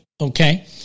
Okay